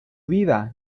vida